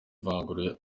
ivangura